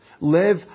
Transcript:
Live